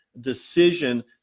decision